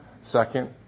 Second